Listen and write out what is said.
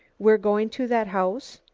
we're going to that house?